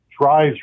drives